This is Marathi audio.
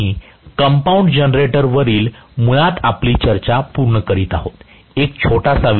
म्हणून आम्ही कंपाऊंड जनरेटरवरील मुळात आपली चर्चा पूर्ण करीत आहोत